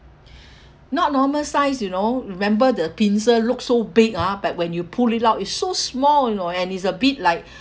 not normal size you know remember the pincer look so big ah but when you pull it out it's so small you know and is a bit like